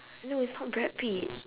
no is not brad pitt